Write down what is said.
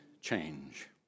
change